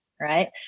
right